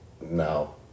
No